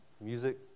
music